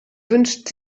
wünscht